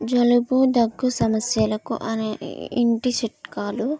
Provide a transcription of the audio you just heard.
జలుబు దగ్గు సమస్యలకు అనే ఇంటి చిట్కాలు